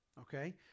Okay